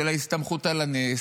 של ההסתמכות על הנס,